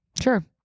Sure